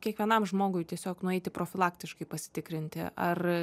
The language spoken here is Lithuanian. kiekvienam žmogui tiesiog nueiti profilaktiškai pasitikrinti ar